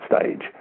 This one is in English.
stage